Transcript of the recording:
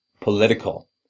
political